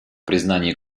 признании